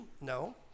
No